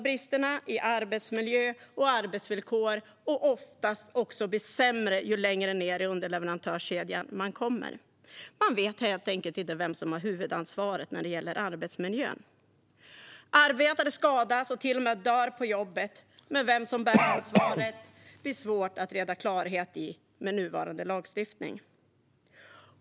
Bristerna i arbetsmiljö och arbetsvillkor ökar oftast också ju längre ned i underleverantörskedjan man kommer. Man vet helt enkelt inte vem som har huvudansvaret för arbetsmiljön. Arbetare skadas och dör till och med på jobbet, men vem som bär ansvaret blir svårt att bringa klarhet i med nuvarande lagstiftning.